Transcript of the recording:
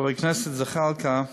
חבר הכנסת זחאלקה,